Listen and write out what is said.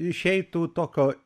išeitų tokio